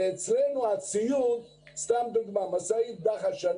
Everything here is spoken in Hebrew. אני מוכר משאית דחס,